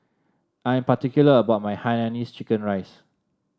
I'm particular about my Hainanese Chicken Rice